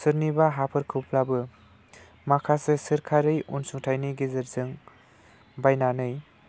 सोरनिबा हाखौब्लाबो माखासे सोरखारि अनसुंथायनि गेजेरजों बायनानै